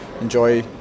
Enjoy